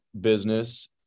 business